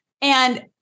And-